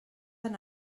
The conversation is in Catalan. han